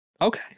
Okay